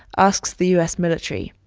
asks the u s. military.